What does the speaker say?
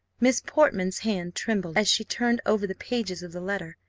miss portman's hand trembled as she turned over the pages of the letter.